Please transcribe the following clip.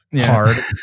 hard